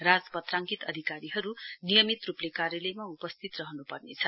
राजपत्राङ्कित अधिकारीहरू नियमित रूपले कार्यालयमा उपस्थित रहनुपर्नेछ